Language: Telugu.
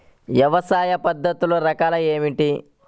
వ్యవసాయ పద్ధతులు రకాలు ఏమిటి?